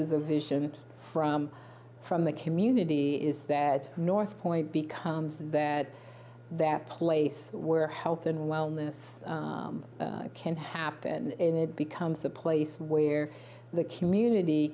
is a vision from from the community is that north point becomes that that place where health and wellness can happen in it becomes the place where the community